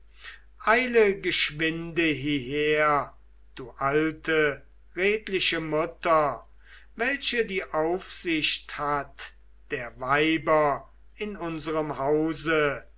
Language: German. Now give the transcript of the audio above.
eile geschwinde hierher du alte redliche mutter welche die aufsicht hat der weiber in unserem hause